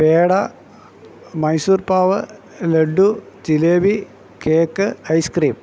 peda Mysore pak laddu jalebi cake ice cream